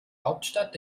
hauptstadt